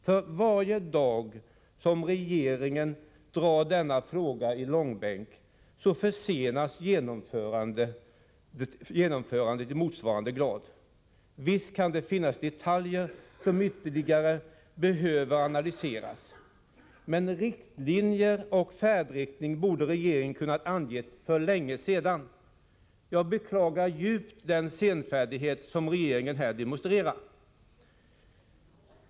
För varje dag som regeringen drar denna fråga i långbänk försenas vatten, m: m. genomförandet i motsvarande grad. Visst kan det finnas detaljer som ytterligare behöver analyseras, men riktlinjer och färdriktning borde regeringen kunnat ange för länge sedan. Jag beklagar djupt den senfärdighet som regeringen här demonstrerar.